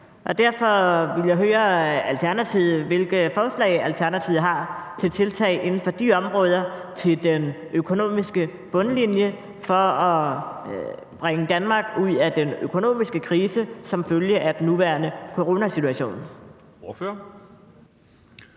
Derfor vil jeg høre Alternativet, hvilke forslag Alternativet har til tiltag inden for de områder til den økonomiske bundlinje for at bringe Danmark ud af den økonomiske krise som følge af den nuværende coronasituation. Kl.